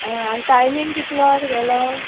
हय आनी टायमींग कितलो तुगेलो